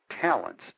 talents